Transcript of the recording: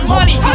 Money